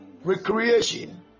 Recreation